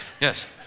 Yes